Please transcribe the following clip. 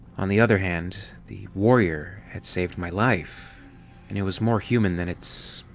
on the other hand, the warrior had saved my life and it was more human than its.